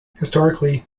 historically